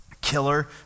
killer